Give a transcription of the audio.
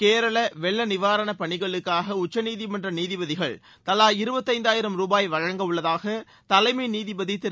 கேரள வெள்ள நிவாரணப் பணிகளுக்காக உச்சநீதிமன்ற நீதிபதிகள் தலா இருபத்து ஐந்தாயிரம் ரூபாய் வழங்கவுள்ளதாக தலைமை நீதிபதி திரு